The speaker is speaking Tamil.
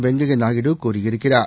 வெங்கைய நாயுடு கூறியிருக்கிறார்